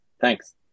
thanks